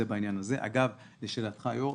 אגב, לשאלתך היו"ר,